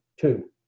two